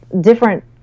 different